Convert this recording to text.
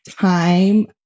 time